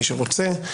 מי שרוצה.